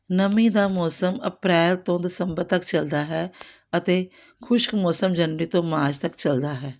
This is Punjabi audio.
ਨਮੀ ਦਾ ਮੌਸਮ ਅਪ੍ਰੈਲ ਤੋਂ ਦਸੰਬਰ ਤੱਕ ਚਲਦਾ ਹੈ ਅਤੇ ਖੁਸ਼ਕ ਮੌਸਮ ਜਨਵਰੀ ਤੋਂ ਮਾਰਚ ਤੱਕ ਚਲਦਾ ਹੈ